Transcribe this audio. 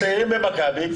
הצעירים במכבי.